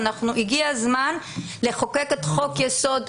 הגיע הזמן לחוקק את חוק-יסוד: